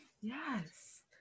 Yes